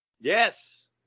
Yes